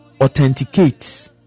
authenticates